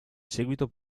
seguito